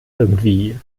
irgendwie